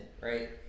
right